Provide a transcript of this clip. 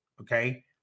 Okay